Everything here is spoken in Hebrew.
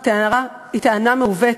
היא טענה מעוותת.